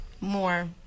more